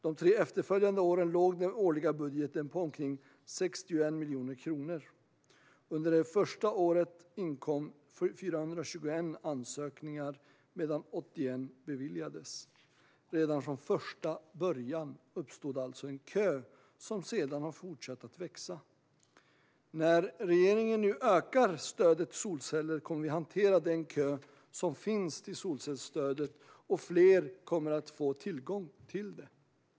De tre efterföljande åren låg den årliga budgeten på omkring 61 miljoner kronor. Under det första året inkom 421 ansökningar medan 81 beviljades. Redan från första början uppstod alltså en kö som sedan har fortsatt att växa. När regeringen nu ökar stödet till solceller kommer vi att hantera den kö som finns till solcellsstödet, och fler kommer att få tillgång till det.